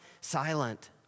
silent